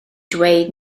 dweud